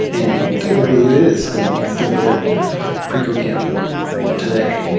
and technically, it is. i mean, you can still build freecodecamp today.